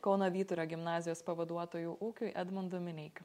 kauno vyturio gimnazijos pavaduotoju ūkiui edmundu mineikiu